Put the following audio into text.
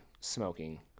smoking